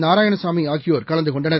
நாராயணசாமி ஆகியோர் கலந்து கொண்டனர்